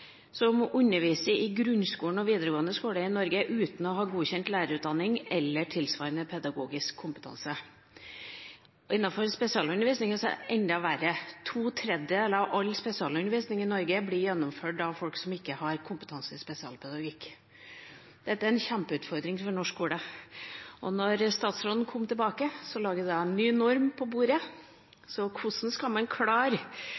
som underviser i grunnskolen og videregående skole i Norge uten å ha godkjent lærerutdanning eller tilsvarende pedagogisk kompetanse. Innenfor spesialundervisningen er det enda verre. To tredjedeler av all spesialundervisning i Norge blir gjennomført av folk som ikke har kompetanse i spesialpedagogikk. Dette er en kjempeutfordring for norsk skole. Da statsråden kom tilbake, lå det en ny norm på bordet.